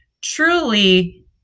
truly